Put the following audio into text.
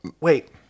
Wait